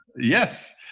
Yes